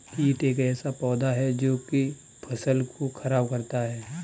कीट एक ऐसा पौधा है जो की फसल को खराब करता है